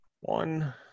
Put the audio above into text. one